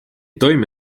toime